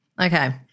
Okay